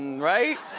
right?